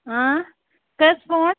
اۭں کٔژ پونٛڈ